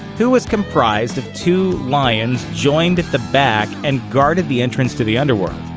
who was comprised of two lions conjoined at the back and guarded the entrance to the underworld,